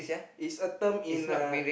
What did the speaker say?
is a term in uh